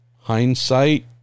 hindsight